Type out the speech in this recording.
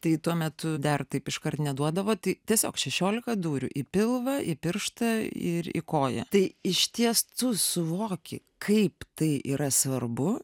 tai tuo metu dar taip iškart neduodavo tai tiesiog šešiolika dūrių į pilvą į pirštą ir į koją tai išties tu suvoki kaip tai yra svarbu